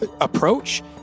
approach